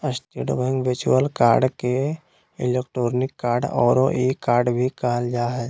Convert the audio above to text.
state Bank virtual card के electronic card औरो e card भी कहल जा हइ